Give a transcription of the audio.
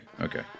okay